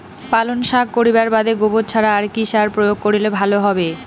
পালং শাক করিবার বাদে গোবর ছাড়া আর কি সার প্রয়োগ করিলে ভালো হবে?